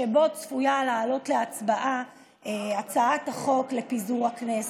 שבו צפויה לעלות להצבעה הצעת החוק לפיזור הכנסת.